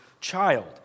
child